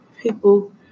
people